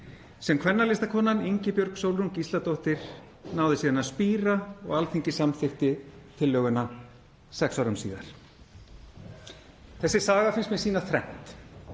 sem kvennalistakonan Ingibjörg Sólrún Gísladóttir náði síðan að spíra og Alþingi samþykkti tillöguna sex árum síðar. Þessi saga finnst mér sýna þrennt.